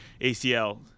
ACL